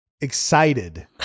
excited